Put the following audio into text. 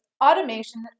Automation